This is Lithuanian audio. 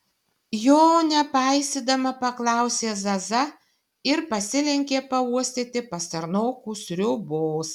jo nepaisydama paklausė zaza ir pasilenkė pauostyti pastarnokų sriubos